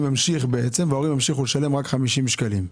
ימשיך וההורים ימשיכו לשלם רק 50 שקלים.